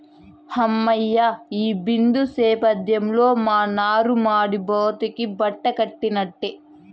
హమ్మయ్య, ఈ బిందు సేద్యంతో మా నారుమడి బతికి బట్టకట్టినట్టే